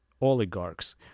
oligarchs